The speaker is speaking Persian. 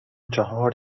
چهار